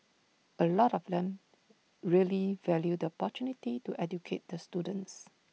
A lot of them really value the opportunity to educate the students